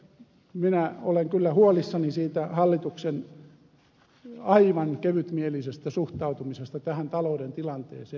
minä olen kyllä huolissani tästä hallituksen aivan kevytmielisestä suhtautumisesta tähän talouden tilanteeseen